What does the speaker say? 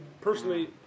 personally